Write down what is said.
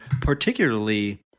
particularly